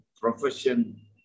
profession